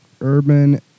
Urban